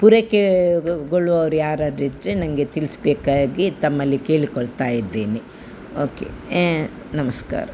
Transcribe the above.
ಪೂರೈಕೆಗೊಳ್ಳುವವ್ರ್ ಯಾರಾದ್ರೂ ಇದ್ದರೆ ನನಗೆ ತಿಳಿಸ್ಬೇಕಾಗಿ ತಮ್ಮಲ್ಲಿ ಕೇಳಿಕೊಳ್ತಾ ಇದ್ದೇನೆ ಓಕೆ ನಮಸ್ಕಾರ